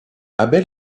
abel